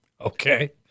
Okay